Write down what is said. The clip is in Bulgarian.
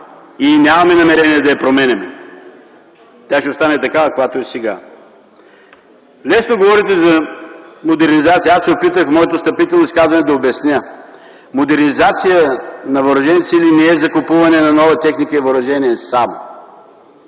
и нямаме намерение да я променяме. Тя ще остане такава, каквато е сега. Говорите за модернизация. Аз се опитах в моето встъпително изказване да обясня – модернизация на въоръжените сили не е само закупуване на нова техника и въоръжение. Та